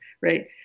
right